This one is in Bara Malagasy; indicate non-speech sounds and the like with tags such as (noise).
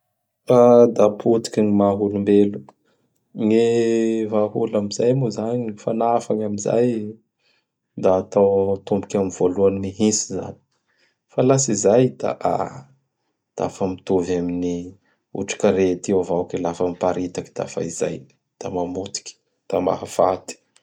(noise) (hesitation) Da potiky gny maha olombelo. Gny vahaola am zagny moa zany, gny fagnafany am zay. (noise) Da atao, atomboky am voalohany mihintsy izany fa laha tsy izay da fa aha da fa mitovy amin'ny otrik'arety io avao k lafa miparitaky dafa izay. Da mamotiky da mahafaty. (noise)